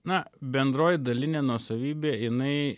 na bendroji dalinė nuosavybė jinai